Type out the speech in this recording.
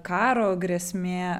karo grėsmė